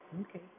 Okay